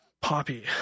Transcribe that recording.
Poppy